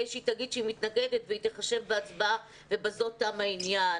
שהיא תגיד שהיא מתנגדת והיא תיחשב בהצבעה ובזה תם העניין.